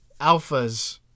Alphas